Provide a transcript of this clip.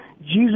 Jesus